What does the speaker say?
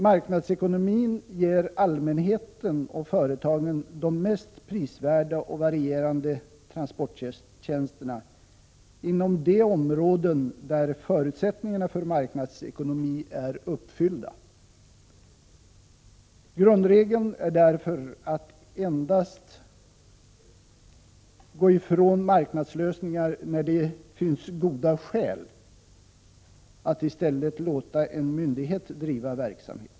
Marknadsekonomin ger allmänheten och företagen de mest prisvärda och varierande transporttjänsterna inom de områden där förutsättningarna för marknadsekonomi är uppfyllda. Grundregeln är därför att endast gå ifrån marknadslösningar när det finns goda skäl att i stället låta en myndighet driva verksamhet.